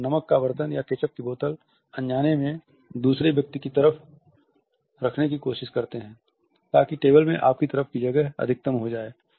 आप नमक का बरतन या केचप की बोतल अनजाने में दूसरे व्यक्ति की तरफ रखने की कोशिश करते हैं ताकि टेबल में आपकी तरफ की जगह अधिकतम हो जाए